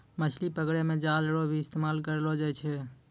मछली पकड़ै मे जाल रो भी इस्तेमाल करलो जाय छै